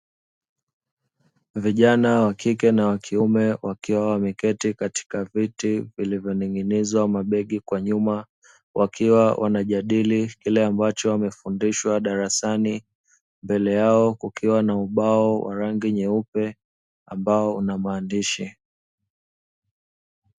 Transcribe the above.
Vijana wa kike na wa kiume wakiwa wameketi katika viti vilivyoning'inizwa mabegi kwa nyuma, wakiwa wanajadili kile ambacho wamefundishwa darasani mbele yao kukiwa na ubao wa rangi nyeupe ambao una maandishi.